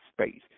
space